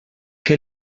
què